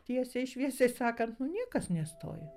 tiesiai šviesiai sakant niekas nestoja